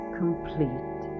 complete